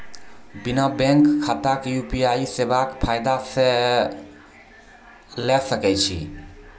बिना बैंक खाताक यु.पी.आई सेवाक फायदा ले सकै छी?